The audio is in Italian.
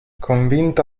convinto